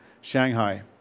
shanghai